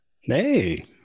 Hey